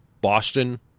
Boston